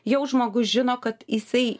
jau žmogus žino kad jisai